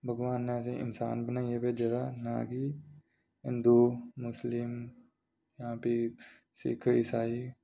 भगोआन ने असें ई इन्सान बनाइयै भेजे दा ऐ ना कि हिंदू मुस्लिम जां फ्ही सिक्ख इसाई